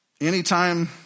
Anytime